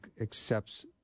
accepts